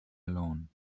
alone